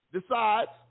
decides